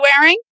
wearing